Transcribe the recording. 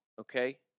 okay